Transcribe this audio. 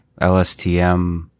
LSTM